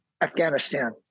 Afghanistan